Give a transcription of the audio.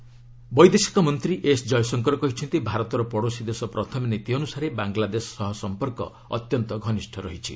ଜୟଶଙ୍କର ବାଙ୍ଗଲାଦେଶ ବୈଦେଶିକ ମନ୍ତ୍ରୀ ଏସ୍ ଜୟଶଙ୍କର କହିଛନ୍ତି ଭାରତର 'ପଡ଼ୋଶୀ ଦେଶ ପ୍ରଥମେ' ନୀତି ଅନୁସାରେ ବାଙ୍ଗଲାଦେଶ ସହ ସମ୍ପର୍କ ଅତ୍ୟନ୍ତ ଘନିଷ୍ଠ ରହିଛି